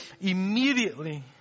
immediately